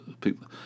People